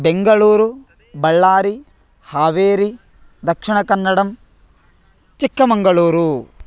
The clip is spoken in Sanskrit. बेङ्गळूरु बळ्ळारि हावेरि दक्षिणकन्नडं चिक्कमङ्गळूरु